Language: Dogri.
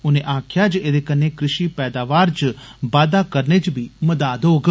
उनें आक्खेआ जे एदे कन्नै कृशि पैदावार च बाद्दा करने च मदद थ्होग